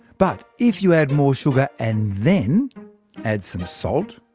but if you add more sugar, and then add some salt,